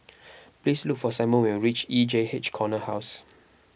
please look for Simon when you reach E J H Corner House